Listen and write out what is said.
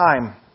time